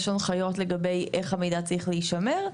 הנחיות לגבי איך המידע צריך להישמר.